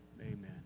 Amen